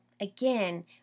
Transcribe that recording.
again